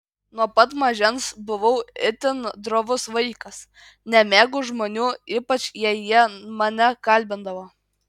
nuo pat mažens buvau itin drovus vaikas nemėgau žmonių ypač jei jie mane kalbindavo